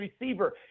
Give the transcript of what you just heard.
receiver